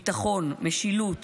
משילות,